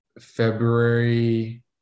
February